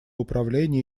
управления